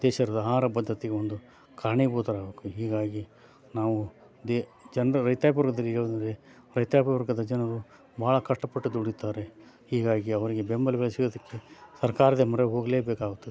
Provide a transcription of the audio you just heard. ದೇಶದ ಆಹಾರ ಬದ್ಧತೆಗೆ ಒಂದು ಕಾರಣೀಭೂತರಾಗಬೇಕು ಹೀಗಾಗಿ ನಾವು ದೆ ಜನರ ರೈತಾಪಿ ವರ್ಗದವ್ರಿಗೆ ಹೇಳೋದಂದ್ರೆ ರೈತಾಪಿ ವರ್ಗದ ಜನರು ಭಾಳ ಕಷ್ಟಪಟ್ಟು ದುಡೀತಾರೆ ಹೀಗಾಗಿ ಅವರಿಗೆ ಬೆಂಬಲ ಬೆಲೆ ಸಿಗೋದಕ್ಕೆ ಸರ್ಕಾರದ ಮೊರೆ ಹೋಗ್ಲೇಬೇಕಾಗುತ್ತದೆ